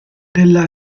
della